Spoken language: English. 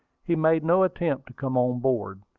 he made no attempt to come on board.